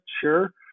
Sure